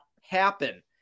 happen